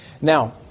Now